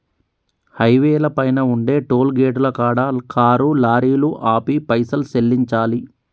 హైవేల పైన ఉండే టోలుగేటుల కాడ కారు లారీలు ఆపి పైసలు సెల్లించాలి